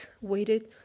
waited